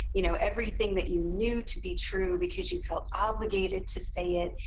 you know, everything that you knew to be true because you felt obligated to say it.